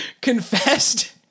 confessed